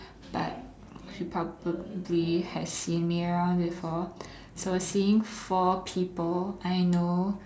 but she probably has seen me around before so seeing four people I know